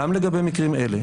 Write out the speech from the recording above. גם לגבי מקרים אלה,